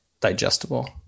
digestible